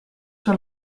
sur